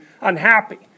unhappy